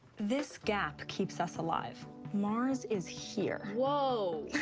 this gap keeps us alive. mars is here. whoa!